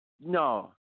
No